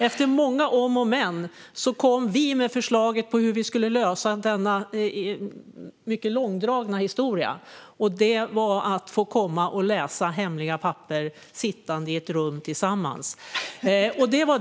Efter många om och men kom vi med ett förslag på hur vi skulle lösa denna långdragna historia, och det var att vi skulle få komma och läsa hemliga papper sittande i ett rum tillsammans. Fru talman!